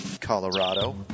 Colorado